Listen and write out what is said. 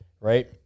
right